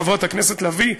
חברת הכנסת לביא,